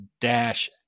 dash